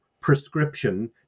prescription